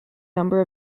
number